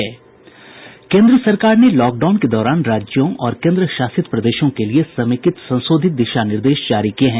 केन्द्र सरकार ने लॉकडाउन के दौरान राज्यों और केन्द्रशासित प्रदेशों के लिए समेकित संशोधित दिशा निर्देश जारी किये हैं